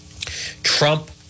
Trump